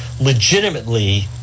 legitimately